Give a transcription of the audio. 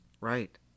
Right